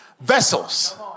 Vessels